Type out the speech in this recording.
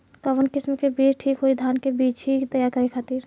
कवन किस्म के बीज ठीक होई धान के बिछी तैयार करे खातिर?